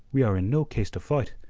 we are in no case to fight,